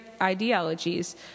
ideologies